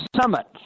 summit